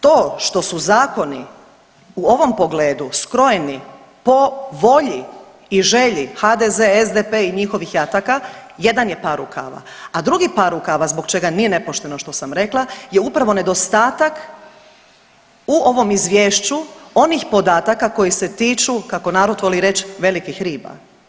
To što su zakoni u ovom pogledu skrojeni po volji i želji HDZ, SDP i njihovih jataka, jedan je par rukava, a drugi par rukava zbog čega nije nepošteno što sam rekla je upravo nedostatak u ovom Izvješću onih podataka koji se tiču, kako narod voli reći, velikih riba.